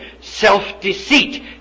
self-deceit